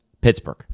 Pittsburgh